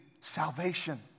salvation